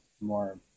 more